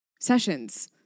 sessions